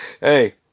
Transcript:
Hey